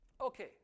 Okay